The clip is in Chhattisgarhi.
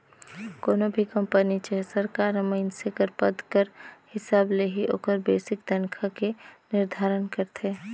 कोनो भी कंपनी चहे सरकार हर मइनसे कर पद कर हिसाब ले ही ओकर बेसिक तनखा के निरधारन करथे